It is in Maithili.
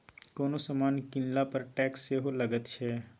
कोनो समान कीनला पर टैक्स सेहो लगैत छै